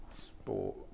Sport